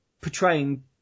portraying